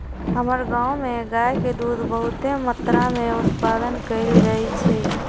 हमर गांव में गाय के दूध बहुते मत्रा में उत्पादन कएल जाइ छइ